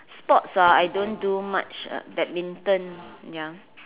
sports ah I don't do much uh badminton ya